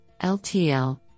LTL